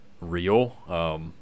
real